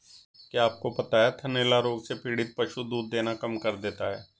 क्या आपको पता है थनैला रोग से पीड़ित पशु दूध देना कम कर देता है?